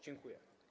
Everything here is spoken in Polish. Dziękuję.